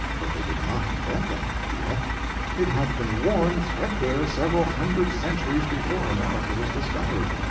but they did not invent that idea it had been worn threadbare several hundred centuries before america was discovered.